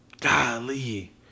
Golly